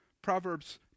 Proverbs